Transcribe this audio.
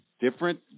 different